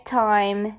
time